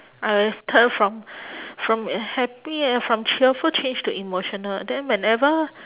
I turn from from a happy and from cheerful change to emotional then whenever